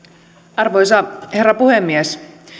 arvoisa herra puhemies